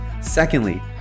Secondly